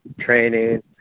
training